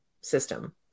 system